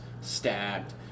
stabbed